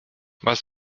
was